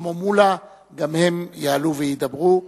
ושלמה מולה גם הם יעלו וידברו.